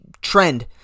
trend